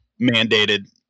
mandated